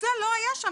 מה שביקשתם,